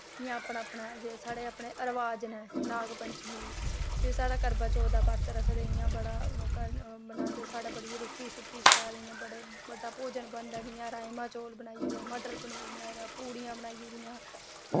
इ'यां अपना अपना जे साढ़े अपने रबाज नै नागपंचमी फिर साढ़ै करवाचौथ दा ब्रत रखदे इ'यां बड़ा मनांदे साढ़े बड़ी रुट्टी शुट्टी शैल इ'यां बड्डा भोजन बनदा जियां राजमां चैल बनाई ओड़े मटर पनीर बनाईड़ेआ पूड़ियां बनाई ओड़ियां